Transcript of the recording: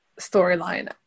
storyline